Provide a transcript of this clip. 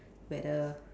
whether